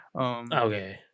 okay